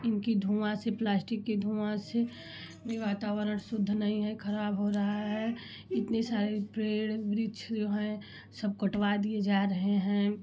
इनकी धुआँ से प्लास्टिक की धुआँ से वातावरण शुद्ध नहीं है खराब हो रहा है इतने सारे पेड़ वृक्ष हैं सब कटवा दिए जा रहे हैं